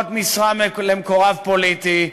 עוד משרה למקורב פוליטי,